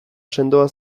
sendoa